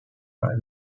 lima